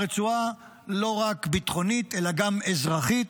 ברצועה לא רק ביטחונית, אלא גם אזרחית,